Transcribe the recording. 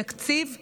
תקציב בחירות.